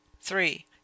three